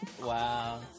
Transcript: Wow